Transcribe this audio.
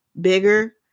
bigger